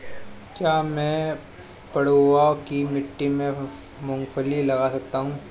क्या मैं पडुआ की मिट्टी में मूँगफली लगा सकता हूँ?